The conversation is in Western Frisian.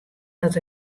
dat